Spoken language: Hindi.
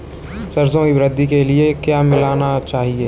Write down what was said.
सरसों की वृद्धि के लिए क्या मिलाना चाहिए?